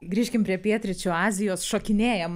grįžkim prie pietryčių azijos šokinėjam